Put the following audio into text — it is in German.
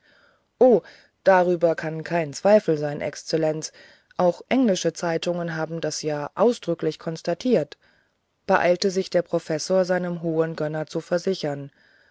o darüber kann kein zweifel sein exzellenz auch englische zeitungen haben das ja ausdrücklich konstatiert beeilte sich der professor seinem hohen gönner zu versichern